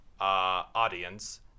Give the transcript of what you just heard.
audience